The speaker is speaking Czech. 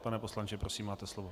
Pane poslanče, prosím máte slovo.